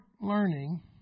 learning